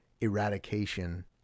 eradication